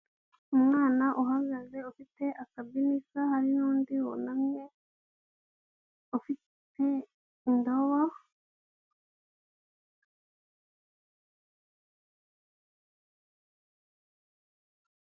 Umwana uhagaze ufite akabinika hari n'undi wunamye ufite indobo.